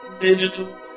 Digital